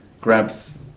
grabs